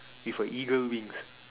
with a eagle wings